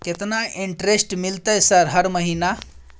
केतना इंटेरेस्ट मिलते सर हर महीना?